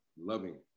loving